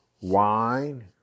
Wine